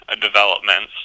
developments